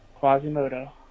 Quasimodo